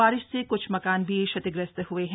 बारिश से क्छ मकान भी क्षतिग्रस्त हए हैं